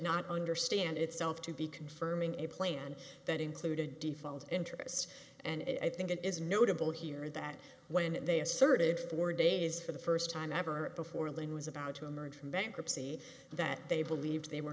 not understand itself to be confirming a plan that included default interest and i think it is notable here that when they asserted for days for the first time ever before lane was about to emerge from bankruptcy that they believed they were